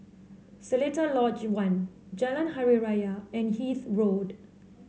Seletar Lodge One Jalan Hari Raya and Hythe Road